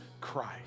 Christ